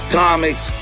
comics